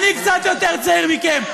אני קצת יותר צעיר מכם.